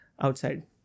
Outside